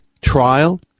trial